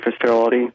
facility